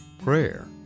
prayer